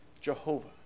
Jehovah